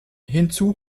hinzu